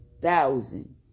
thousand